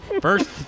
First